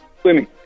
Swimming